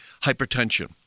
hypertension